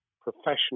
professional